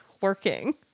working